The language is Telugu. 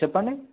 చెప్పండి